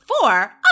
four